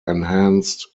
enhanced